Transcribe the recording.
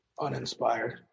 uninspired